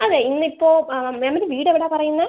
അതെ ഇന്ന് ഇപ്പോൾ ആ മാമിൻ്റെ വീട് എവിടെ പറയുന്നത്